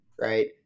Right